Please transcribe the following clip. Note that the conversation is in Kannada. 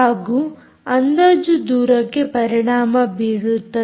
ಹಾಗೂ ಅಂದಾಜು ದೂರಕ್ಕೆ ಪರಿಣಾಮ ಬೀರುತ್ತದೆ